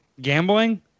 gambling